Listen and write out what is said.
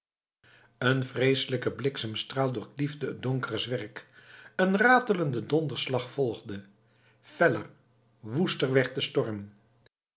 een vreeselijke bliksemstraal doorkliefde het donkere zwerk een ratelende donderslag volgde feller woester werd de storm